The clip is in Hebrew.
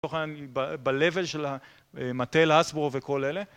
ב-level של המטל, האסבורו וכל אלה.